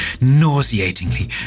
nauseatingly